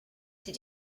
did